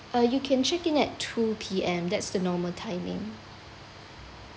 uh you can check in at two P_M that's the normal timing